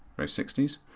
very sixty s.